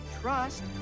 trust